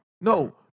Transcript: No